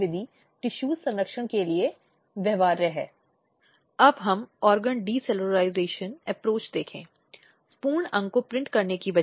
यह स्थिति है या यह अधिनियम महिलाओं के हित और कारण की रक्षा करने का इरादा रखता है जब एक महिला घरेलू हिंसा के अधीन होती है